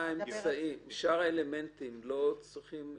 ולא תמיד ---.